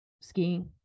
skiing